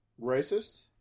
Racist